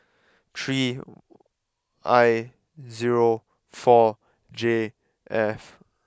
three I zero four J F